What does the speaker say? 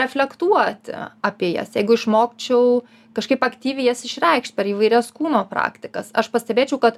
reflektuoti apie jas jeigu išmokčiau kažkaip aktyviai jas išreikšt per įvairias kūno praktikas aš pastebėčiau kad